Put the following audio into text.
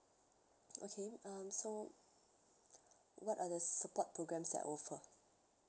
okay um so what are the support programs that are offered